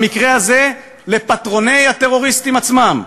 במקרה הזה, לפטרוני הטרוריסטים עצמם.